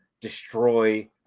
destroy